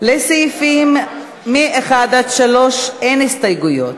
לסעיפים 1 3 אין הסתייגויות,